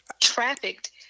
trafficked